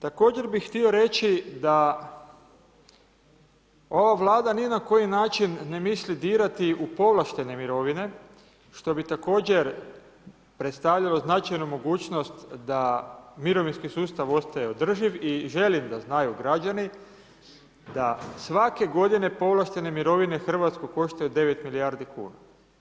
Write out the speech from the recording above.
Također bih htio reći da ova Vlada ni na koji način ne misli dirati u povlaštene mirovine što bi također predstavljalo značajnu mogućnost da mirovinski sustav ostaje održiv i želim da znaju građani da svake godine povlaštene mirovine Hrvatsku koštaju 9 milijardi kuna.